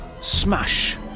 SMASH